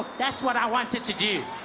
that's what i wanted to do.